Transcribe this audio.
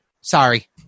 sorry